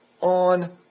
on